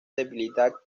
debilidad